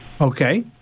okay